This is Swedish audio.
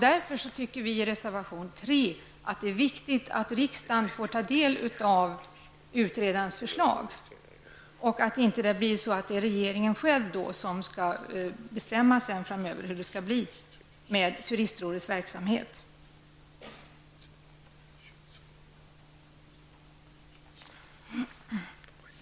Därför tycker vi i reservation nr 3 att det är viktigt att riksdagen får ta del av utredarens förslag, så att inte regeringen själv bestämmer hur det skall bli med turistrådets verksamhet.